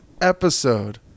episode